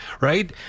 right